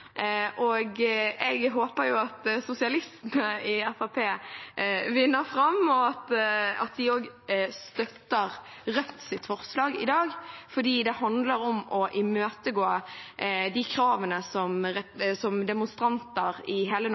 Jeg håper jo at sosialistene i Fremskrittspartiet vinner fram, og at de også støtter Rødts forslag i dag, for det handler om å imøtegå de kravene som demonstranter i hele